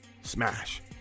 Smash